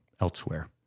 elsewhere